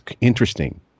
interesting